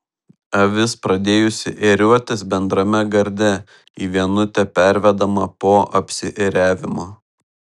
avis pradėjusi ėriuotis bendrame garde į vienutę pervedama po apsiėriavimo